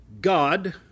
God